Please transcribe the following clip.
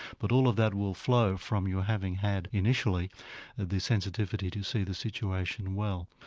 but all of that will flow from your having had initially the sensitivity to see the situation well.